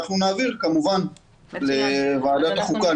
אנחנו כמובן נעביר לוועדת החוקה.